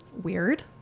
weird